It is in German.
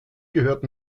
gehört